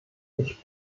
ich